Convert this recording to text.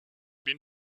been